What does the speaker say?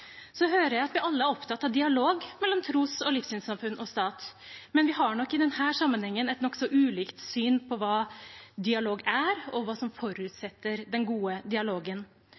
Jeg hører at vi alle er opptatt av dialog mellom tros- og livssynssamfunn og stat, men vi har nok i denne sammenhengen et nokså ulikt syn på hva dialog er, og hva som forutsetter den gode dialogen.